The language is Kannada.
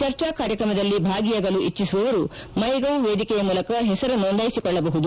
ಚರ್ಚಾ ಕಾರ್ಯಕ್ರಮದಲ್ಲಿ ಭಾಗಿಯಾಗಲು ಇಚ್ಚಿಸುವವರು ಮೈ ಗವ್ ವೇದಿಕೆಯ ಮೂಲಕ ಹೆಸರು ನೋಂದಾಯಿಸಿಕೊಳ್ಳಬಹುದು